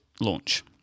launch